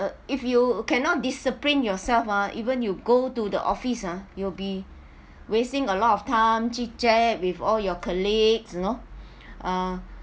if you cannot discipline yourself ah even you go to the office ah you'll be wasting a lot of time chit chat with all your colleagues you know uh